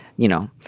you know,